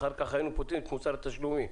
לא על מוסר תשלומים.